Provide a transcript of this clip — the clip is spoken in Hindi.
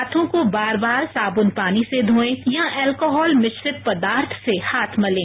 हांथों को बार बार साबन पानी से धोए या अल्कोहल मिश्रित पदार्थ से हाथ मलें